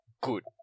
good